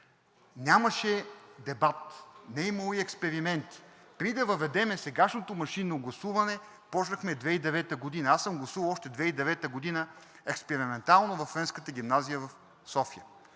Нямаше дебат, не е имало и експеримент. Преди да въведем сегашното машинно гласуване, започнахме през 2009 г. Аз съм гласувал 2009 г. експериментално във Френската гимназия в София